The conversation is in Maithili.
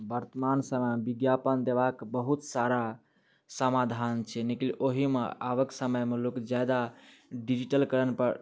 वर्तमान समयमे विज्ञापन देबाके बहुत सारा समाधान छै नहि कि ओहिमे आबके समयमे लोक ज्यादा डिजिटलकरणपर